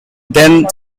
then